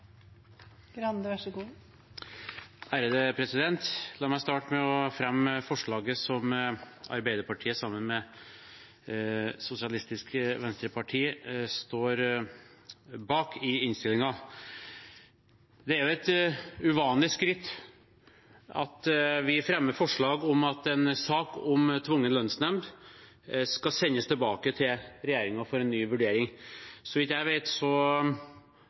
La meg starte med å fremme forslaget i innstillingen som Arbeiderpartiet står bak sammen med Sosialistisk Venstreparti. Det er jo et uvanlig skritt at vi fremmer forslag om at en sak om tvungen lønnsnemnd skal sendes tilbake til regjeringen til ny vurdering. Så